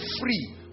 free